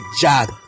job